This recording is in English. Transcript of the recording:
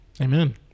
Amen